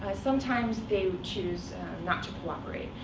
sometimes they choose not to cooperate.